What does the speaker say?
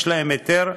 יש להם היתר.